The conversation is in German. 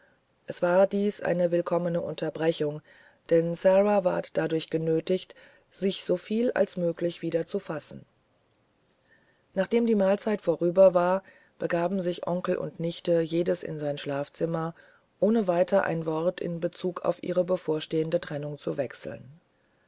es war dies eine willkommene unterbrechung denn sara ward dadurch genötigt sich so vielalsmöglichwiederzufassen nachdem die mahlzeit vorüber war begaben sich onkel und nichte jedes auf sein schlafzimmer ohne weiter ein wort in bezug auf ihre bevorstehende trennung zu wechseln